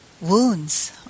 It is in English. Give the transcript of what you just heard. wounds